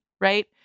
Right